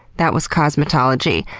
that was cosmetology.